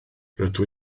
rydw